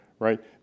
Right